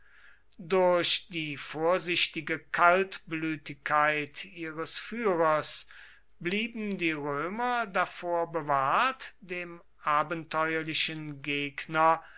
durch die vorsichtige kaltblütigkeit ihres führers blieben die römer davor bewahrt dem abenteuerlichen gegner